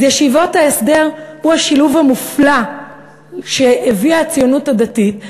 אז ישיבות ההסדר הן השילוב המופלא שהביאה הציונות הדתית.